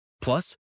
Plus